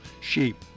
sheep